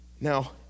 now